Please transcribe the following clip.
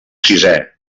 sisè